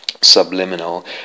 subliminal